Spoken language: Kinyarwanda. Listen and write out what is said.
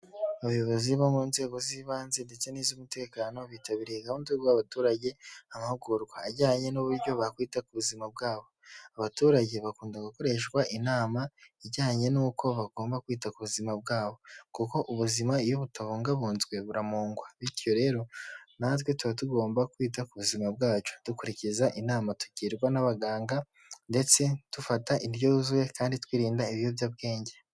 Abayobozi bo mu nzego z'ibanze ndetse n'iz'umutekano bitabiriye gahunda yo guha abaturage amahugurwa ajyanye n'uburyo bakwita ku buzima bwabo. Abaturage bakunda gukoreshwa inama ijyanye n'uko bagomba kwita ku buzima bwabo, kuko ubuzima iyo butabungabunzwe buramungwa. Bityo rero, natwe tuba tugomba kwita ku buzima bwacu, dukurikiza inama tugirwa n'abaganga ndetse dufata indyo yuzuye kandi twirinda ibiyobyabwenge.